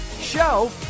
show